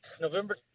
november